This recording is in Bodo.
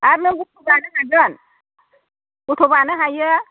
आरो नों गथ'बानो हागोन गथ'बानो हायो